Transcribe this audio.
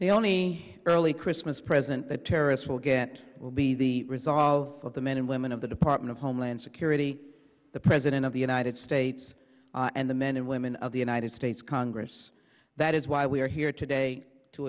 the only early christmas present the terrorists will get will be the resolve of the men and women of the department of homeland security the president of the united states and the men and women of the united states congress that is why we are here today to